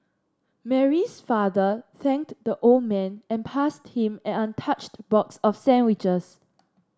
Mary's father thanked the old man and passed him an untouched box of sandwiches